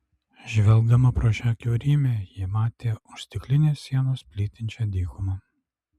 žvelgdama pro šią kiaurymę ji matė už stiklinės sienos plytinčią dykumą